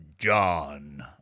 John